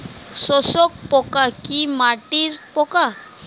শোষক পোকা কি মাটির পোকা?